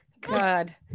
god